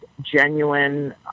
genuine